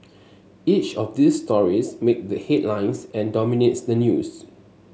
each of these stories make the headlines and dominates the news